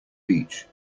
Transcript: beach